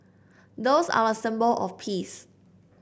doves are a symbol of peace